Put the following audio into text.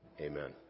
amen